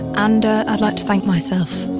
and i'd like to thank myself